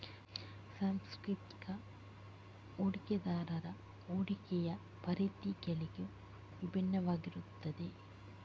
ಸಾಂಸ್ಥಿಕ ಹೂಡಿಕೆದಾರರ ಹೂಡಿಕೆಯ ಪರಿಧಿಗಳು ಭಿನ್ನವಾಗಿರುತ್ತವೆ